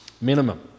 Minimum